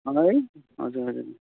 है हजुर हजुर